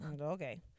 okay